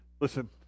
Listen